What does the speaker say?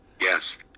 Yes